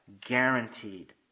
guaranteed